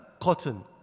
cotton